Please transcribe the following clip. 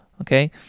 okay